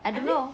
I don't know